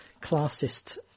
classist